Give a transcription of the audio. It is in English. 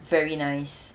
very nice